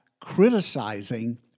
criticizing